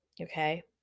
okay